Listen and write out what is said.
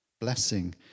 Blessing